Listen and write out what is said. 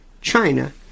China